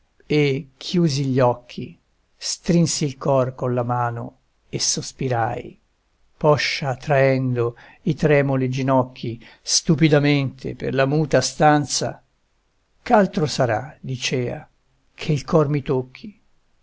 e chiusi gli occhi strinsi il cor con la mano e sospirai poscia traendo i tremuli ginocchi stupidamente per la muta stanza ch'altro sarà dicea che il cor mi tocchi